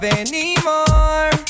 anymore